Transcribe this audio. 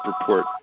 report